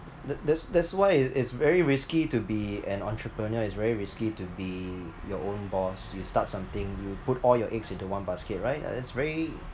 that that's that's why it is very risky to be an entrepreneur it's very risky to be your own boss you start something you put all your eggs into one basket right ya that's very